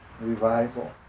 revival